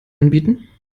anbieten